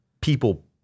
people